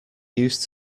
used